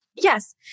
Yes